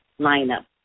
lineup